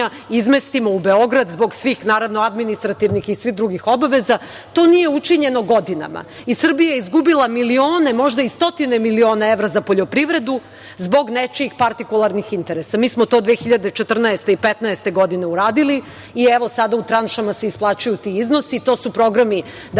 izmestimo u Beograd zbog svih administrativnih i svih drugih obaveza, to nije učinjeno godinama i Srbija je izgubila milione, možda i stotine miliona evra za poljoprivredu zbog nečijih partikularnih interesa. Mi smo to 2014. i 2015. godine, uradili i evo sada u tranšama se isplaćuju ti iznosi. To su programi za